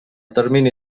termini